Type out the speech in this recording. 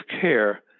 care